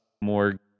more